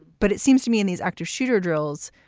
but it seems to me in these active shooter drills,